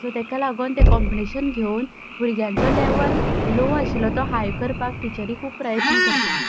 so ताका लागून तें कोंपीटिशन घेवन भुरग्यांचो लेवल लो आशिल्लो तो हाय करपाक टिचरी खूब प्रयत्न करता